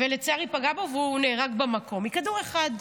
לצערי הוא פגע בו, והוא נהרג במקום מכדור אחד.